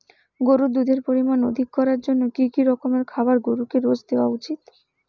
গরুর দুধের পরিমান অধিক করার জন্য কি কি রকমের খাবার গরুকে রোজ দেওয়া উচিৎ?